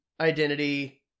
identity